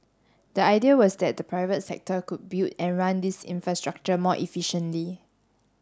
the idea was that the private sector could build and run these infrastructure more efficiently